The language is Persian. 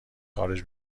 خارج